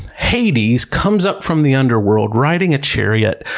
hades comes up from the underworld, riding a chariot,